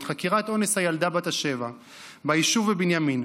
את חקירת אונס הילדה בת השבע ביישוב בבנימין.